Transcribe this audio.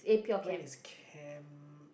mine is Chem